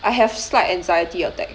I have slight anxiety attack